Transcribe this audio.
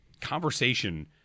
conversation